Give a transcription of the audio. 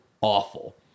awful